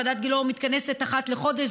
ועדת גילאור מתכנסת אחת לחודש,